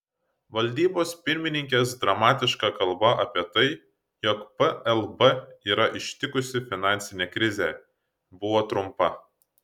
valdybos pirmininkės dramatiška kalba apie tai jog plb yra ištikusi finansinė krizė buvo trumpa